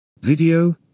Video